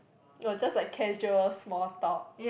oh just like casual small talk